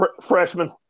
freshman